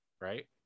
Right